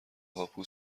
هاپو